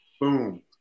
Boom